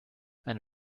eine